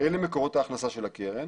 אלה מקורות ההכנסה של הקרן,